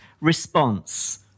response